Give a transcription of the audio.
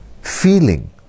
feeling